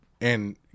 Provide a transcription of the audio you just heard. and-